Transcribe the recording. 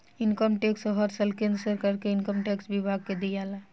income tax हर साल केंद्र सरकार के इनकम टैक्स विभाग के दियाला